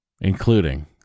including